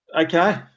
okay